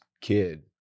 kid